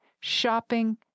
shopping